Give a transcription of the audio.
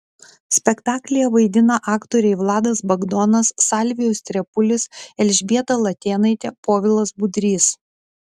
spektaklyje vaidina aktoriai vladas bagdonas salvijus trepulis elžbieta latėnaitė povilas budrys